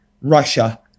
Russia